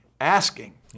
asking